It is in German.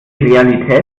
realität